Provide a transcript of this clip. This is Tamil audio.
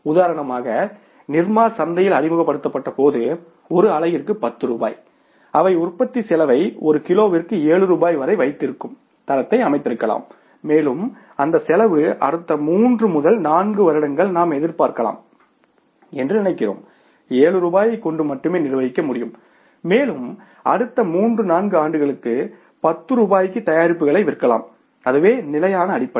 உதாரணமாக நிர்மா சந்தையில் அறிமுகப்படுத்தப்பட்டபோது ஒரு அலகிற்கு 10 ரூபாய் அவை உற்பத்தி செலவை ஒரு கிலோவிற்கு 7 ரூபாய் வரை வைத்திருக்கும் தரத்தை அமைத்திருக்கலாம் மேலும் அந்த செலவு அடுத்த 3 முதல் 4 வருடங்கள் நாம் எதிர்பார்க்கலாம் என்று நினைக்கிறோம் 7 ரூபாயை கொண்டு மட்டுமே நிர்வகிக்க முடியும் மேலும் அடுத்த மூன்று நான்கு ஆண்டுகளுக்கு 10 ரூபாய்க்கு தயாரிப்புகளை விற்கலாம் அதுவே நிலையான அடிப்படை